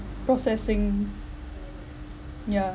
processing yeah